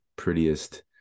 prettiest